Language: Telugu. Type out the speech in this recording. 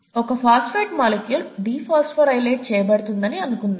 ఒక ఫాస్ఫేట్ మాలిక్యూల్ డీఫోస్ఫోరైలేట్ చేయబడుతుందని అనుకుందాం